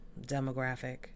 demographic